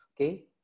okay